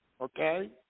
okay